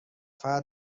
فتح